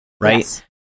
right